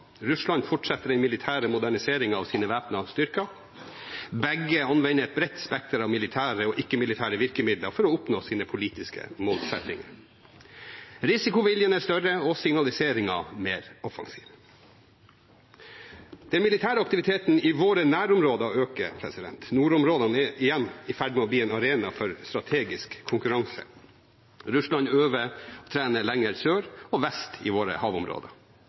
Russland fortsetter den militære moderniseringen av sine væpnede styrker. Begge anvender et bredt spekter av militære og ikke-militære virkemidler for å oppnå sine politiske målsettinger. Risikoviljen er større og signaliseringen mer offensiv. Den militære aktiviteten i våre nærområder øker. Nordområdene er igjen i ferd med å bli en arena for strategisk konkurranse. Russland øver og trener lenger sør og vest i våre havområder.